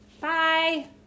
Bye